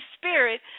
Spirit